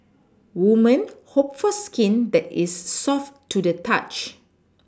women hope for skin that is soft to the touch